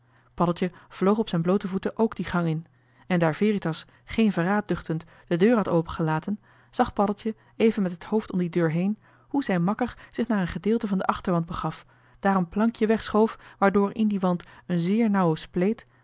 paddeltje vloog op zijn bloote voeten ook die gang in en daar veritas geen verraad duchtend de deur had opengelaten zag paddeltje even met het hoofd om die deur heen hoe zijn makker zich naar een gedeelte van den achterwand begaf daar een plankje wegschoof waardoor in dien wand een zeer nauwe spleet